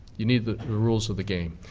you need the rules of the game.